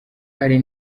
hari